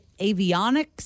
avionics